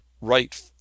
Right